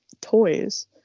toys